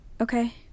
Okay